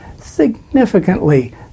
Significantly